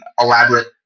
elaborate